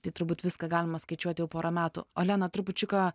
tai turbūt viską galima skaičiuoti jau porą metų olena trupučiuką